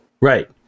Right